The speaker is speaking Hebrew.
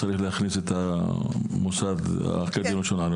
כמו שזה כתוב בסעיף המקורי, זה צריך להיות בהקבלה.